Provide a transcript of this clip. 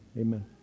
Amen